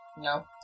No